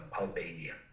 Albania